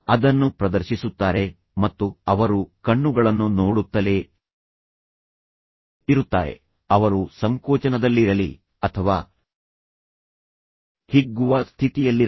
ಅದನ್ನು ಪ್ರದರ್ಶಿಸುತ್ತಾರೆ ಮತ್ತು ಅವರು ಕಣ್ಣುಗಳನ್ನು ನೋಡುತ್ತಲೇ ಇರುತ್ತಾರೆ ಅವರು ಸಂಕೋಚನದಲ್ಲಿರಲಿ ಅಥವಾ ಹಿಗ್ಗುವ ಸ್ಥಿತಿಯಲ್ಲಿರಲಿ